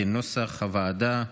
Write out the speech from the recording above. כנוסח הוועדה.